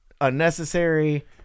unnecessary